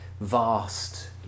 vast